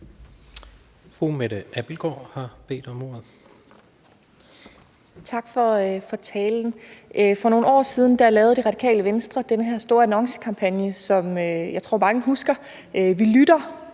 Mette Abildgaard (KF): Tak for talen. For nogle år siden lavede Det Radikale Venstre den her store annoncekampagne, som jeg tror mange husker. »Vi lytter.